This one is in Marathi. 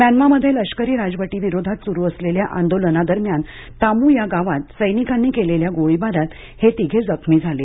म्यानमामध्ये लष्करी राजवटीविरोधात सुरू असलेल्या आंदोलनादरम्यान तामू या गावात सैनिकांनी केलेल्या गोळीबारात हे तिघे जखमी झाले